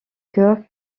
cœur